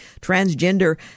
transgender